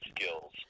skills